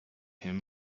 him